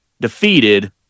defeated